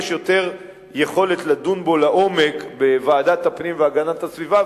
יש יותר יכולת לדון בו לעומק בוועדת הפנים והגנת הסביבה,